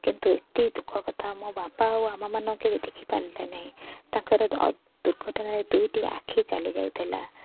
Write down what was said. କିନ୍ତୁ ଏତେ ଦୁଃଖ କଥା ମୋ ବାପା ଆଉ ଆମମାନଙ୍କୁ କେବେ ଦେଖିପାରିଲେ ନାହିଁ ତାଙ୍କର ଅ ଦୁର୍ଘଟଣାରେ ଦୁଇଟି ଆଖି ଚାଲିଯାଇଥିଲା